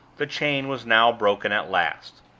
the chain was now broken at last.